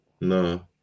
No